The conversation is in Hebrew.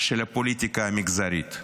של הפוליטיקה המגזרית.